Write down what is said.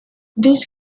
this